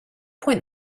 point